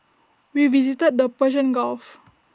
we visited the Persian gulf